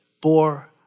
bore